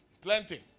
plenty